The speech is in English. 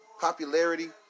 popularity